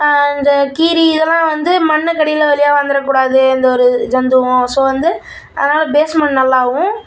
இந்த கீரி இதெல்லாம் வந்து மண்ணுக்கு அடியில் வழியாக வந்துடக்கூடாது எந்த ஒரு ஜந்துவும் ஸோ வந்து அதனால பேஸ்மெண்ட் நல்லாவும்